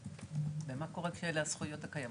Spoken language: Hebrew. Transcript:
ומה קורה כשאלה הזכויות הקיימות?